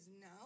now